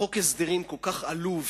חוק הסדרים כל כך עלוב,